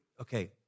okay